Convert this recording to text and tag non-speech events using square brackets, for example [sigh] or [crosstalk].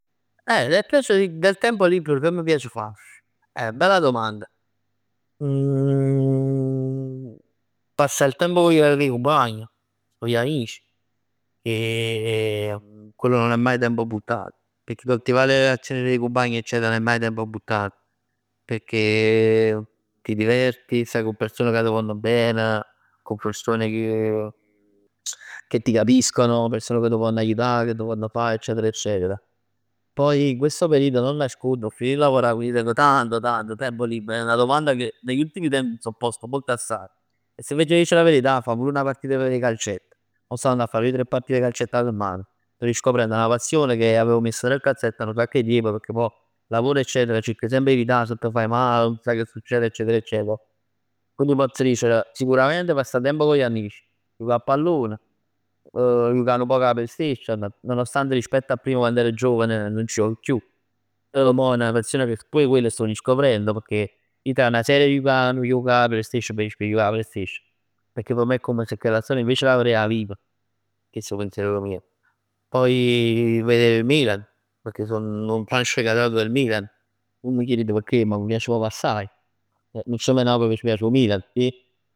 Eh nel piacer del tempo libero ch' m' piac 'e fa. Eh bella domanda, [hesitation] passà il tempo con gli 'e cumpagn, con gli amici e [hesitation] quello non è mai tempo buttato pecchè coltivà le relazioni cu 'e cumpagn non è mai tempo buttato, pecchè ti diverti, staj cu persone cà t' vonn bene, con persone che [hesitation] che ti capiscono, persone che t' vonn aiutà, che t' vonn fa eccetera eccetera. Poi in questo periodo non nascondo, ho finito di lavorà e quindi tengo tanto tanto tempo libero, è 'na domanda che negli ultimi tempi mi so posto molto assai e se v'aggia dicere a' verità fa pur 'na partit 'e calcetto. Mo sto andando a fa due o tre partite 'e calcetto a' semman. Sto riscoprendo una passione che avevo messo nel cassetto da 'nu sacc 'e tiempo pecchè pò. Lavoro eccetera e cerco semp 'e evità se t' faj mal, nun saj che succer eccetera eccetera. Quindi t' pozz dicere sicuramente passà tempo con gli amici, jucà 'a pallon, jucà nu poc 'a playstation. Nonostante rispetto a prima quann ero giovan nun c' joc chiù, chell mò è 'na passion ca pur quello sto riscoprendo pecchè ij tra 'na serie e 'nu juoc 'a playstation preferisco 'e jucà 'a playstation, pecchè p' me chella storia invece dà verè 'a vivo. Chest' è 'o pensiero mio. Poi [hesitation] vedere il Milan, pecchè sò 'nu fan sfegatato del Milan. Nun m' chierit o' pecchè ma m' piac proprj assaje. 'Nu scem 'e Napoli cà c' piac 'o Milan.